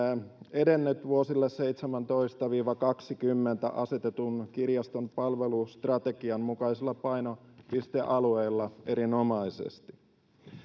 edennyt vuosille seitsemäntoista viiva kaksikymmentä asetetun kirjaston palvelustrategian mukaisilla painopistealueilla erinomaisesti